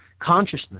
consciousness